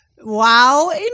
wow